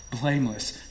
blameless